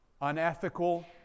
unethical